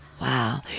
wow